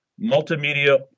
multimedia